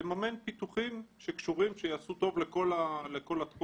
לממן פיתוחים שקשורים, שיעשו טוב לכל התחום.